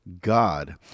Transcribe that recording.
God